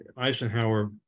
Eisenhower